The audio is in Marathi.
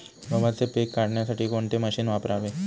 गव्हाचे पीक काढण्यासाठी कोणते मशीन वापरावे?